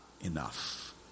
enough